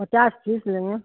पचास पीस लेंगे